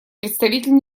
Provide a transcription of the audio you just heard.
представитель